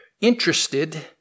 interested